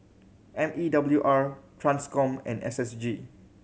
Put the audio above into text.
M E W R Transcom and S S G